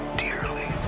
dearly